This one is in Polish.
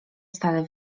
stale